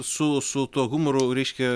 su su tuo humoru reiškia